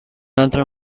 altre